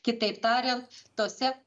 kitaip tariant tose